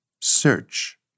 Search